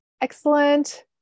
Excellent